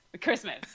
Christmas